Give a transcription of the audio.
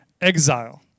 exile